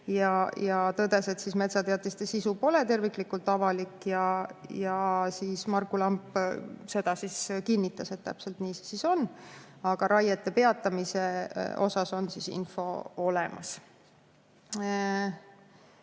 Ta tõdes, et metsateatiste sisu pole terviklikult avalik. Marku Lamp kinnitas, et täpselt nii see on, aga raiete peatamise kohta on info olemas.